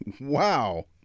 Wow